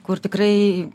kur tikrai